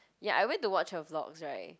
ya I went to watch her vlogs right